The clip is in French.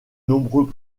nombreux